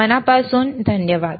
मनापासून धन्यवाद